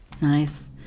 Nice